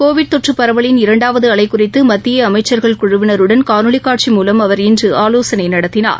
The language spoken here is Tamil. கோவிட் தொற்றபரவலின் இரண்டாவதுஅலைகுறித்துமத்தியஅமைச்சர்கள் குழுவினருடன் காணொலிகாட்சி மூலம் அவர் இன்றுஆலோசனைநடத்தினார்